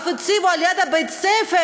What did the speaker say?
ואף הציבו ליד בית-הספר,